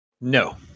No